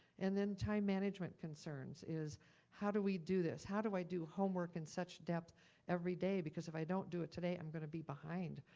and then time management concerns is how do we do this? how do i do homework in such depth every day because if i don't do it today i'm gonna be behind?